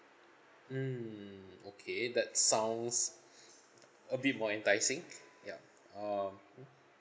mm okay that sounds a bit more enticing ya uh mmhmm